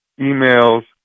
emails